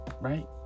right